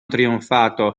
trionfato